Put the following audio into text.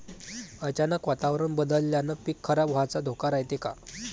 अचानक वातावरण बदलल्यानं पीक खराब व्हाचा धोका रायते का?